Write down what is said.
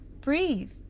breathe